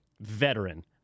veteran